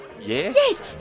Yes